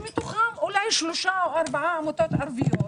שמתוכן אולי שלוש או ארבע עמותות ערביות.